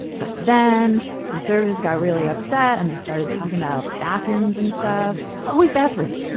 but then conservatives got really upset and they started talking about bathrooms and stuff always bathrooms, but